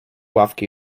ławki